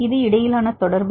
இது இடையிலான தொடர்பு